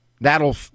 That'll